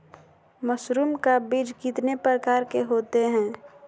Mushroom का बीज कितने प्रकार के होते है?